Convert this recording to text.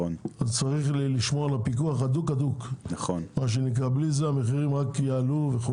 צריך לשמור על פיקוח הדוק כי בלי זה המחירים רק יעלו.